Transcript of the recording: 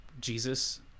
jesus